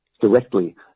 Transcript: directly